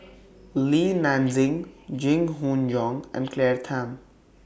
Li Nanxing Jing Jun Hong and Claire Tham